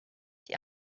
die